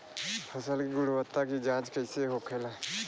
फसल की गुणवत्ता की जांच कैसे होखेला?